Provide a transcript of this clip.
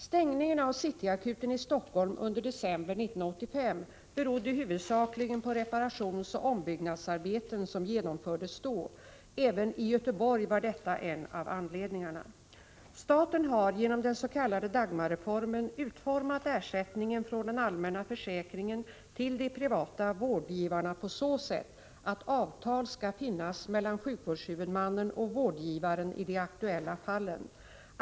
Stängningen av City Akuten i Helsingfors under december 1985 berodde huvudsakligen på reparationsoch ombyggnadsarbeten som genomfördes då. Även i Göteborg var detta en av anledningarna. Staten har genom den s.k. Dagmarreformen utformat ersättningen från den allmänna försäkringen till de privata vårdgivarna på så sätt att avtal skall finnas mellan sjukvårdshuvudmannen och vårdgivaren i de aktuella fallen.